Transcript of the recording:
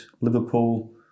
Liverpool